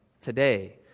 today